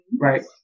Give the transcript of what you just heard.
right